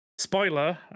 Spoiler